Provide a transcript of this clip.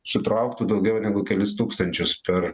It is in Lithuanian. sutrauktų daugiau negu kelis tūkstančius per